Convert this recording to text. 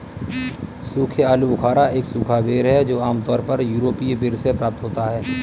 सूखे आलूबुखारा एक सूखा बेर है जो आमतौर पर यूरोपीय बेर से प्राप्त होता है